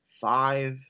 five